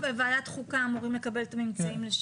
בוועדת החוקה אנחנו אמורים לקבל את הממצאים.